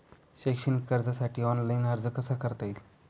शैक्षणिक कर्जासाठी ऑनलाईन अर्ज कसा करता येईल?